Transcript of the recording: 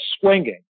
swinging